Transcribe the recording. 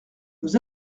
nous